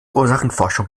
ursachenforschung